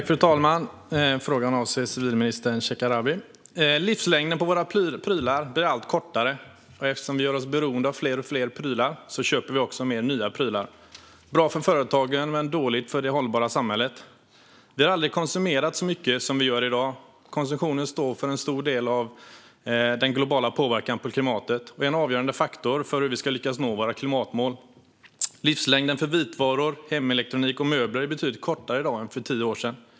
Fru talman! Frågan avser civilminister Shekarabi. Livslängden på våra prylar blir allt kortare. Eftersom vi gör oss beroende av fler och fler prylar köper vi också mer nya prylar. Det är bra för företagen men dåligt för det hållbara samhället. Vi har aldrig konsumerat så mycket som vi gör i dag. Konsumtionen står för en stor del av den globala påverkan på klimatet och är en avgörande faktor för hur vi ska lyckas nå våra klimatmål. Livslängden för vitvaror, hemelektronik och möbler är betydligt kortare i dag än för tio år sedan.